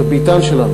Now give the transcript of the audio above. את הביתן שלנו